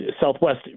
Southwest